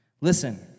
Listen